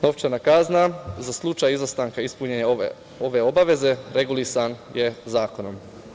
Novčana kazna za slučaj izostanka ispunjenja ove obaveze regulisana je zakonom.